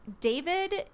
David